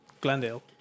Glendale